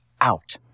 out